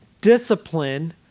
Discipline